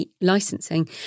licensing